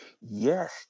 Yes